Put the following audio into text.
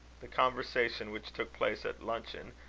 the conversation, which took place at luncheon,